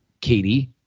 Katie